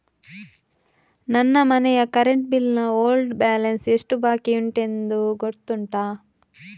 ನನ್ನ ಮನೆಯ current bill ನ ಓಲ್ಡ್ ಬ್ಯಾಲೆನ್ಸ್ ಎಷ್ಟು ಬಾಕಿಯುಂಟೆಂದು ಗೊತ್ತುಂಟ?